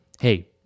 hey